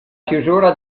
chiusura